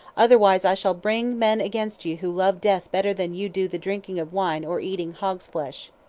otherwise i shall bring men against you who love death better than you do the drinking of wine or eating hog's flesh.